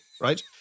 right